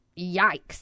yikes